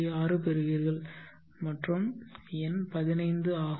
6 பெறுவீர்கள் மற்றும் n பதினைந்து ஆகும்